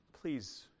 please